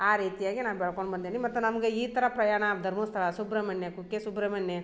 ಆ ರೀತಿಯಾಗಿ ನಾನು ಬೆಳ್ಕೊಂಡು ಬಂದೀನಿ ಮತ್ತು ನಮ್ಗೆ ಈ ಥರ ಪ್ರಯಾಣ ಧರ್ಮಸ್ಥಳ ಸುಬ್ರಹ್ಮಣ್ಯ ಕುಕ್ಕೆ ಸುಬ್ರಹ್ಮಣ್ಯ